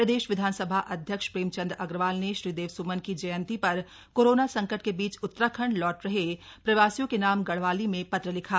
प्रदेश विधानसभा अध्यक्ष प्रेमचंद अग्रवाल ने श्रीदेव सुमन की जयंती पर कोरोना संकट के बीच उत्तराखंड लौट रहे प्रवासियों के नाम गढ़वाली में पत्र लिखा